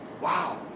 Wow